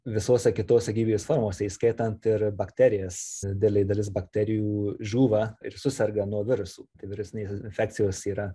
visose kitose gyvybės formose įskaitant ir bakterijas didelė dalis bakterijų žūva ir suserga nuo virusų tai virusinės infekcijos yra